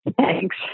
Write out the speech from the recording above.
Thanks